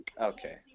Okay